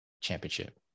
championship